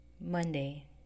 Monday